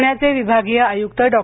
प्ण्याचे विभागीय आय्क्त डॉ